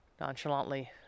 nonchalantly